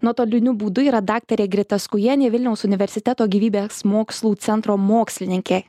nuotoliniu būdu yra daktarė grita skujienė vilniaus universiteto gyvybės mokslų centro mokslininkė